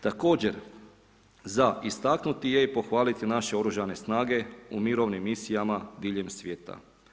Također za istaknuti je i pohvaliti naše Oružane snage u mirovnim misijama diljem svijeta.